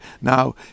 Now